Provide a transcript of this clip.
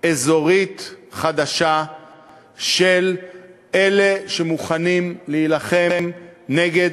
אזורית חדשה של אלה שמוכנים להילחם נגד